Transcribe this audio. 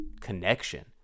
connection